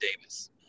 Davis